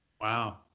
Wow